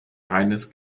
reines